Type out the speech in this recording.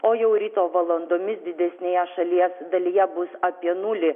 o jau ryto valandomis didesnėje šalies dalyje bus apie nulį